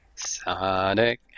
Sonic